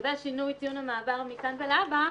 לגבי שינוי ציון המעבר מכאן ולהבא,